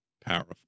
powerful